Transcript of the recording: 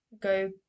go